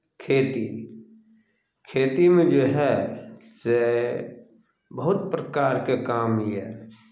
खेती खेतीमे जे हए से बहुत प्रकारके काम यए